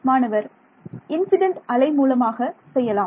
மாணவர் இன்சிடென்ட் அலை மூலமாக செய்யலாம்